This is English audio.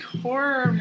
horror